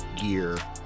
gear